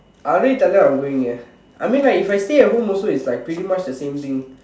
I already tell them I'm going eh I mean like if I stay at home also it's pretty much the same thing